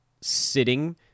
sitting